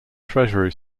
treasury